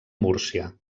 múrcia